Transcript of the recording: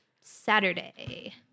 Saturday